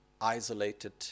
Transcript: isolated